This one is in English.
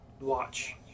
Watch